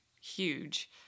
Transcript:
huge